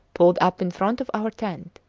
pulled up in front of our tent.